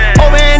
open